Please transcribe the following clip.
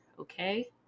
Okay